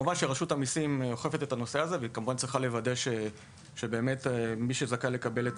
רשות המיסים אוכפת את הנושא הזה והיא צריכה לוודא שמי שזכאי לקבל את